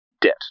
debt